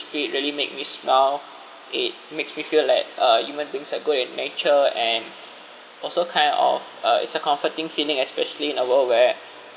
street really make me smile it makes me feel like uh human beings are good in nature and also kind of uh it's a comforting feeling especially in a world where